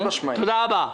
תודה רבה.